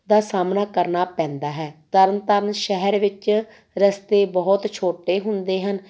ਦਾ ਸਾਹਮਣਾ ਕਰਨਾ ਪੈਂਦਾ ਹੈ ਤਰਨ ਤਾਰਨ ਸ਼ਹਿਰ ਵਿੱਚ ਰਸਤੇ ਬਹੁਤ ਛੋਟੇ ਹੁੰਦੇ ਹਨ